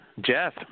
Jeff